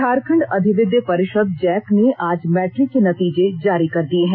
झारखंड अधिविद्य परिषद जैक ने आज मैट्रिक के नतीजे जारी कर दिए हैं